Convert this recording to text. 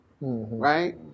right